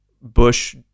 bush